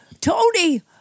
Tony